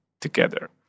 together